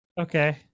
Okay